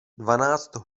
dvanáct